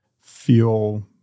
feel